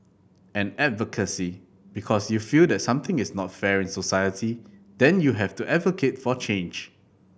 and advocacy because you feel that something is not fair in society then you have to advocate for change